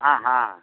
ஆஹாம்